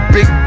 Big